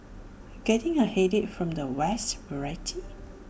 getting A headache from the vast variety